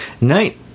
Night